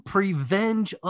Prevenge